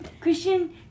Christian